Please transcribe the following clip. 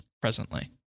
presently